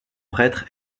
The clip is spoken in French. prêtre